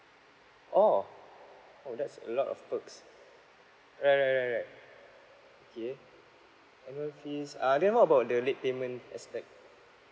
oh oh that's a lot of perks right right right right okay annual fees uh then what about the late payment aspect